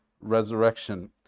resurrection